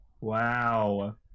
Wow